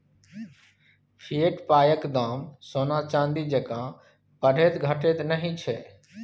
fiat पायक दाम सोना चानी जेंका बढ़ैत घटैत नहि छै